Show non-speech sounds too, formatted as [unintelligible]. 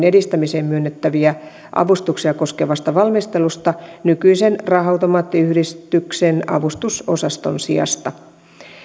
[unintelligible] edistämiseen myönnettäviä avustuksia koskevasta valmistelusta nykyisen raha automaattiyhdistyksen avustusosaston sijasta